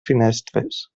finestres